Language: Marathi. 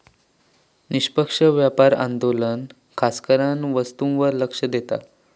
निष्पक्ष व्यापार आंदोलन खासकरान वस्तूंवर लक्ष देता